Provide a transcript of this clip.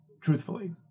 truthfully